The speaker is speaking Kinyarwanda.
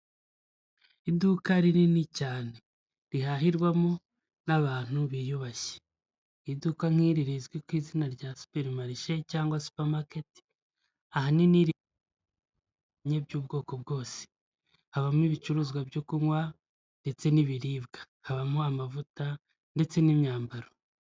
Iduka rinini cyane rihahirwamo n'abantu biyubashye, iduka nk'iri rizwi ku izina rya Supermarcehe cyangwa Super Market, ahanini ririmo ibintu by'ubwoko bwose habamo: ibicuruzwa byo kunywa, ndetse n'ibiribwa, habamo amavuta ndetse n'imyambaro.